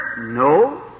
No